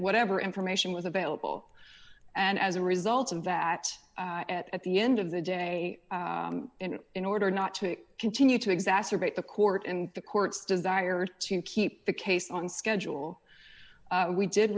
whatever information was available and as a result of that at the end of the day in order not to continue to exacerbate the court and the court's desire to keep the case on schedule we did